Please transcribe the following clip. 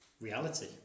reality